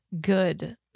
good